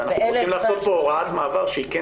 ואנחנו רוצים לעשות פה הוראת מעבר שהיא כן